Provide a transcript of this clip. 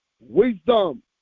wisdom